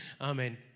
Amen